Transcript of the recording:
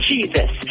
Jesus